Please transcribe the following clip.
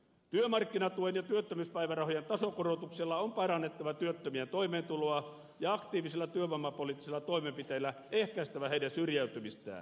työmarkkinatuen ja työttömyyspäivärahojen tasokorotuksella on parannettava työttömien toimeentuloa ja aktiivisilla työvoimapoliittisilla toimenpiteillä ehkäistävä heidän syrjäytymistään